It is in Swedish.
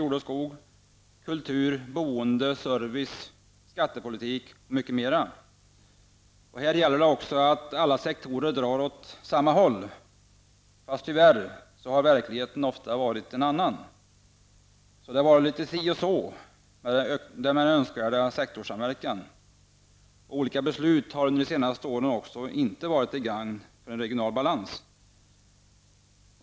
jordoch skogsbruk, kultur, boende, service, skatter och mycket mera. Här gäller det också att alla sektorer drar åt samma håll. Tyvärr, har verkligheten ofta varit en annan. Det har nog varit litet si och så med den önskvärda sektorssamverkan. Olika beslut som fattats under de senaste åren har inte varit till gagn för en regional balans.